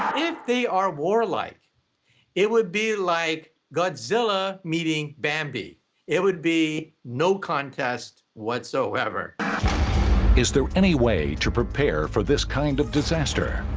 if they are warlike it would be like godzilla meeting bambi it would be no contest whatsoever is there any way to prepare for this kind of disaster?